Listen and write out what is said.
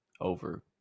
Over